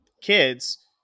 kids